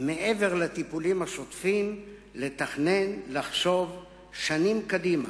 מעבר לטיפולים השוטפים, לתכנן, לחשוב שנים קדימה,